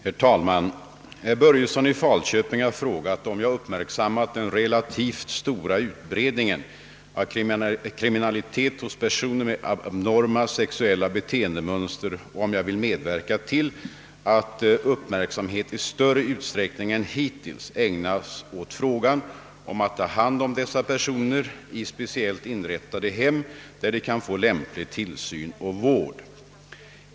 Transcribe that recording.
Herr talman! Herr Börjesson i Falköping har frågat, om jag uppmärksammat den relativt stora utbredningen av kriminalitet hos personer med abnorma sexuella beteendemönster och om jag vill medverka till att uppmärksamhet i större utsträckning än hittills ägnas åt frågan om att ta om hand dessa personer i speciellt inträttade hem, där de kan få lämplig tillsyn och vård.